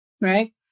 right